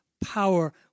power